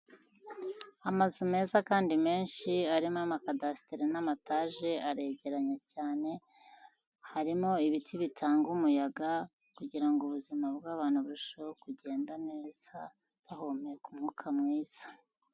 Amazu meza kandi menshi, arimo amakadasiteri n'amataje, aregeranye cyane, harimo ibiti bitanga umuyaga kugira ngo ubuzima bw'abantu burusheho kugenda neza, bahumeka umwuka mwiza.